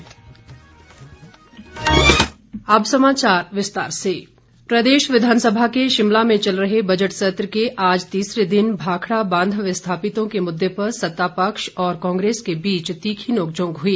भाखड़ा विस्थापित चर्चा प्रदेश विधानसभा के शिमला में चल रहे बजट सत्र के आज तीसरे दिन भाखड़ा बांध विस्थापितों के मुददे पर सता पक्ष और कांग्रेस के बीच तीखी नोकझोंक हुई